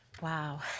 Wow